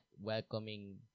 welcoming